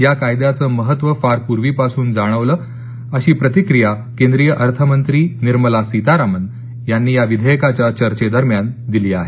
या कायद्याचे महत्व फार पूर्वीपासून जाणवल होत अशी प्रतिक्रिया केंद्रीय अर्थमंत्री निर्मला सीतारामन यांनी या विधेयकाच्या चर्चेदरम्यान दिली आहे